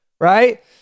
right